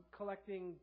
collecting